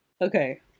Okay